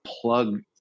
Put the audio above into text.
plug